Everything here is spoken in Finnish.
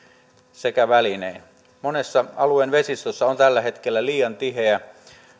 sekä välinein monessa alueen vesistössä on tällä hetkellä liian tiheä